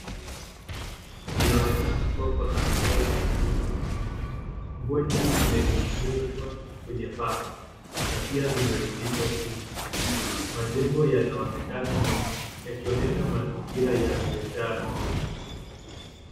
Linaonekana soko la nguo za mitumba. Nguo nyingi zimeninginizwa kwenye paa na pia zimerundikwa chini. Majengo yanaonekana nyuma yakionyesha mazingira ya biashara.